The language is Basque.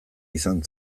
izan